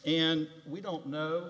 and we don't know